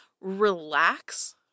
relax